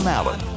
Allen